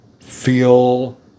feel